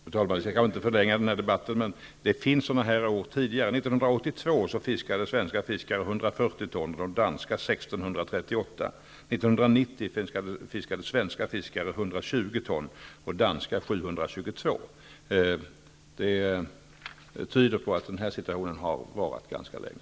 Fru talman! Jag skall inte förlänga debatten, men jag vill tillägga följande. ton och de danska 722. Det tyder på att denna situation har funnits ganska länge.